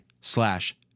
slash